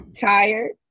tired